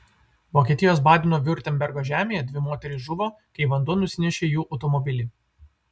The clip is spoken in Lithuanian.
vokietijos badeno viurtembergo žemėje dvi moterys žuvo kai vanduo nusinešė jų automobilį